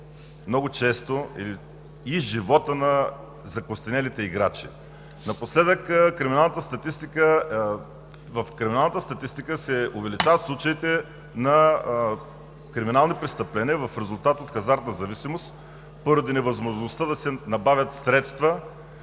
много често и живота на закостенелите играчи. Напоследък в криминалната статистика се увеличават случаите на криминални престъпления в резултат от хазартна зависимост поради невъзможността да си набавят средства.